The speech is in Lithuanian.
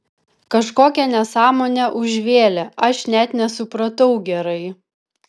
kažkokią nesąmonę užvėlė aš net nesupratau gerai